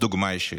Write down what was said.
דוגמה אישית.